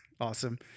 Awesome